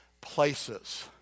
places